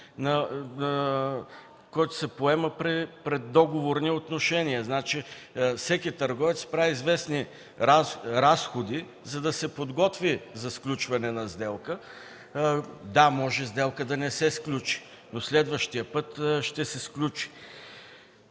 който се поема при преддоговорни отношения. Всеки търговец прави известни разходи, за да се подготви за сключване на сделка. Да, може сделка да не се сключи, но следващия път ще се сключи.